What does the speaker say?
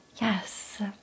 yes